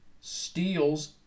Steals